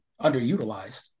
underutilized